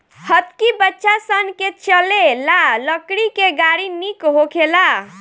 हतकी बच्चा सन के चले ला लकड़ी के गाड़ी निक होखेला